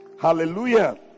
Hallelujah